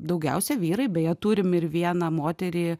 daugiausia vyrai beje turim ir vieną moterį